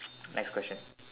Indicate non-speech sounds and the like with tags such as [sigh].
[noise] next question